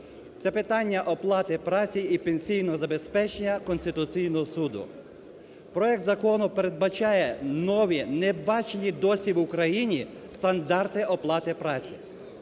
це питання оплати праці і пенсійного забезпечення Конституційного Суду. Проект закону передбачає нові, небачені досі в Україні стандарти оплати праці.